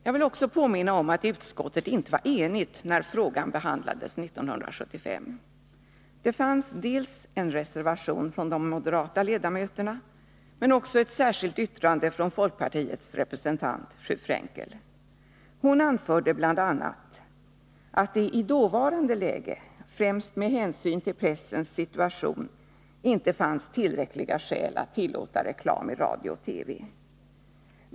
Jag vill också påminna om att utskottet inte var enigt när frågan behandlades 1975. Det fanns dels en reservation från de moderata ledamöterna, dels ett särskilt yttrande från folkpartiets representant, fru Frenckel. Hon anförde bl.a. att det i dåvarande läge, främst med hänsyn till pressens situation, inte fanns tillräckliga skäl att tillåta reklam i radio och TV.